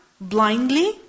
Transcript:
blindly